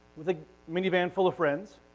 with a minivan full of friends.